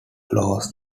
flows